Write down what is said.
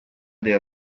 del